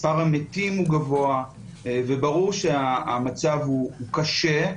מספר המתים גבוה וברור שהמצב הוא קשה,